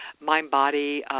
mind-body